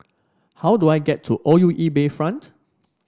how do I get to O U E Bayfront